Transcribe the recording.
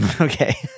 Okay